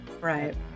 Right